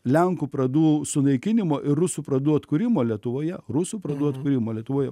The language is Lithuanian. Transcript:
lenkų pradų sunaikinimo ir rusų pradų atkūrimo lietuvoje rusų pradų atkūrimo lietuvoje